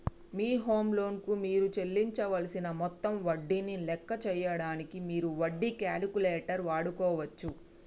మీ home loan కు మీరు చెల్లించవలసిన మొత్తం వడ్డీని లెక్క చేయడానికి మీరు వడ్డీ క్యాలిక్యులేటర్ వాడుకోవచ్చు